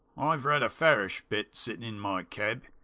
i've read a fairish bit, sittin in my keb.